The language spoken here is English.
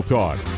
Talk